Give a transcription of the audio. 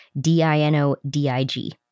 D-I-N-O-D-I-G